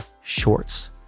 shorts